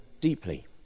deeply